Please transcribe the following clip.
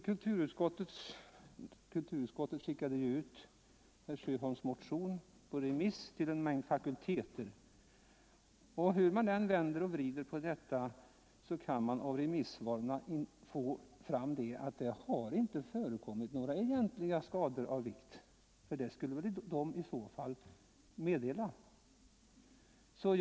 Kulturutskottet skickade ju ut herr Sjöholms motion på remiss till en mängd fakulteter, och man kan inte — hur man än vänder och vrider på detta — av remissvaren få fram att det har förekommit några skador av vikt. I så fall skulle remissinstanserna ha rapporterat detta.